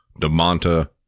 DeMonta